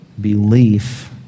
Belief